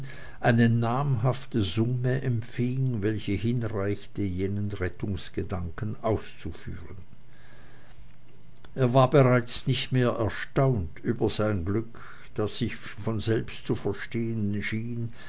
eine namhafte summe empfing welche hinreichte jenen rettungsgedanken auszuführen er war bereits nicht mehr erstaunt über sein glück das sich von selbst zu verstehen schien